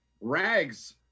rags